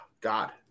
God